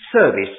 service